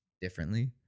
differently